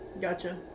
Gotcha